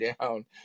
down